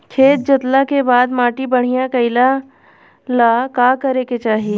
खेत जोतला के बाद माटी बढ़िया कइला ला का करे के चाही?